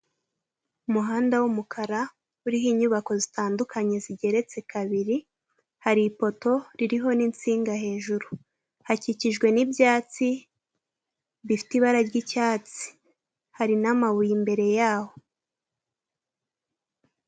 Umuhanda w'umukara uriho inyubako zitandukanye zigeretse kabiri, hari ipoto ririho n'insinga hejuru hakikijwe n'ibyatsi bifite ibara ry'icyatsi hari n'amabuye imbere y'aho.